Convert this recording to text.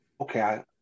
okay